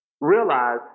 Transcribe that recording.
realize